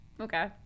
Okay